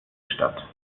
statt